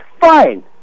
fine